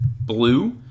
Blue